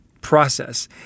process